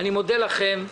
אני מודה לכם.